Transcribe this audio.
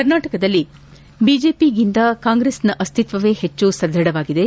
ಕರ್ನಾಟಕದಲ್ಲಿ ಬಿಜೆಪಿಗಿಂತ ಕಾಂಗ್ರೆಸ್ನ ಅಸ್ತಿತ್ವವೇ ಹೆಚ್ಚು ಸದೃಢವಾಗಿದೆ